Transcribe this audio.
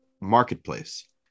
marketplace